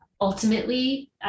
ultimately